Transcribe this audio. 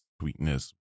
sweetness